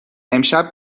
امشب